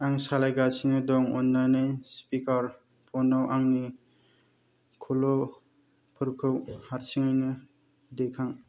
आं सालायगासिनो दं अन्नानै स्पिकार फन आव आंनि कलफोरखौ हारसिङैनो दैखां